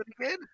again